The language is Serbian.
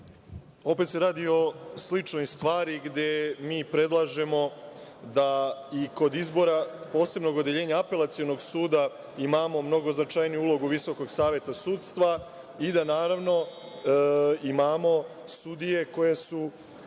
Opet se radi o sličnoj stvari gde mi predlažemo da i kod izbora posebnog odeljenja Apelacionog suda imamo mnogo značajniju ulogu Visokog saveta sudstva i da, naravno, imamo sudije koje su